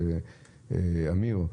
את אמיר.